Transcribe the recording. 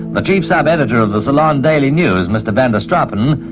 the chief subeditor of the ceylon daily news, mr van der straaten,